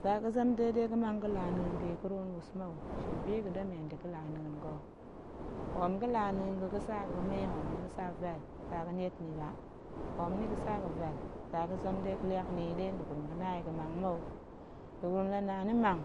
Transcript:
Tsa ga̱zem de ga̱ɗe ga̱ mang ga̱laana̱a̱n ga̱ yi ga̱la̱ nwus mou, hoom ga̱lana̱a̱n ga̱ ga̱tsa ga̱me hoom ni ga̱tsa vel tsa ga̱niet ni ba, hoom ni ga̱tsa vel tsa ga̱zem ɗe ga̱liak ni yi ɗe nda̱gurum ga̱na yi ga̱mang mou, nda̱gurum la na ni mang,